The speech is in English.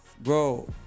bro